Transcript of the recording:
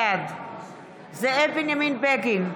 בעד זאב בנימין בגין,